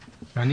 אותו.